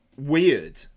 weird